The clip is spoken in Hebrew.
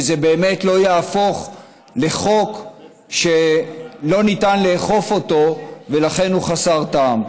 שזה באמת לא יהפוך לחוק שלא ניתן לאכוף אותו ולכן הוא חסר טעם.